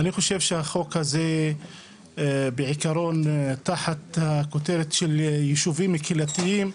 אני חושב שהחוק הזה בעיקרון תחת הכותרת של יישובים קהילתיים,